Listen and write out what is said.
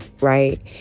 right